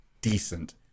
decent